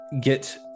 get